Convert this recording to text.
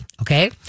Okay